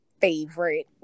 favorite